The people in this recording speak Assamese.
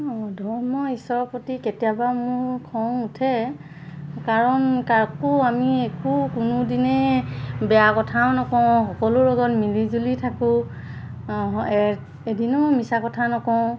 ধৰ্ম ঈশ্বৰৰ প্ৰতি কেতিয়াবা মোৰ খং উঠে কাৰণ আমি একো কোনোদিনে বেয়া কথাও নকওঁ সকলো লগত মিলি জুলি থাকো এদিনো মিছা কথা নকওঁ